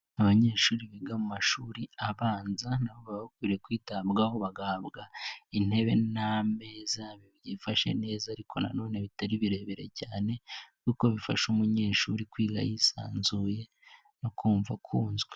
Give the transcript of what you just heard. Abanyeshuri biga mu mashuri abanza nabo baba bakwiye kwitabwaho bagahabwa intebe n'ameza byifashe neza ariko nanone bitari birebire cyane kuko bifasha umunyeshuri kwiga yisanzuye no kumva akunzwe.